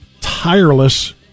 tireless